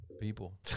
People